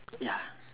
ya